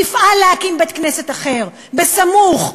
תפעל להקים בית-כנסת אחר במקום סמוך,